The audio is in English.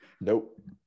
Nope